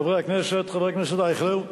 חברי הכנסת, חבר הכנסת אייכלר,